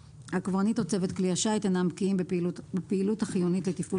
הקברניט או צוות כלי השיט אינם בקיאים בפעילות החיונית לתפעול